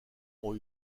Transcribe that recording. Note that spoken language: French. ont